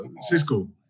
Cisco